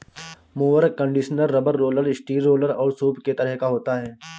mower conditioner rubber roller, steel roller और सूप के तरह का होता है